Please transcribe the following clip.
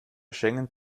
schengen